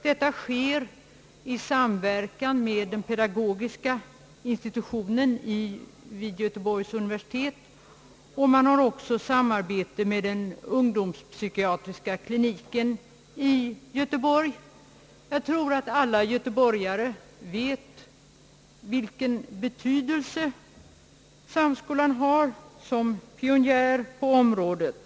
Detta sker i samverkan med den pedagogiska institutionen vid Göteborgs universitet, och man har också samarbete med den ungdomspsykiatriska kliniken i Göteborg. Jag tror att alla göteborgare vet vilken betydelse samskolan har som pionjär på området.